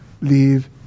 leave